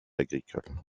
agricoles